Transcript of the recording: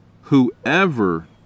whoever